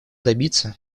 добиться